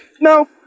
No